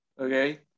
okay